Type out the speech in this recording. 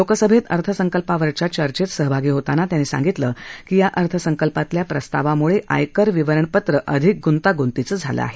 लोकसभेत अर्थसंकल्पावरच्या चर्चेत सहभागी होताना त्यांनी सांगितलं की या अर्थसंकल्पातल्या प्रस्तावामुळे आयकर विवरणपत्र अधिक गुंतागुंतीचं झालं आहे